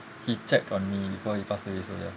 he check on me before he passed away so ya